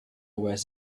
wears